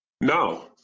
No